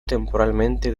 temporalmente